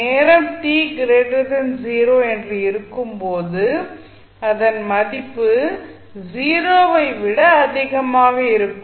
நேரம் t 0 என்று இருக்கும்போது அதன் மதிப்பு 0 ஐ விட அதிகமாக இருக்கும்